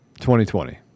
2020